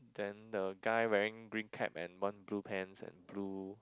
then the guy wearing green cap and one blue pants and blue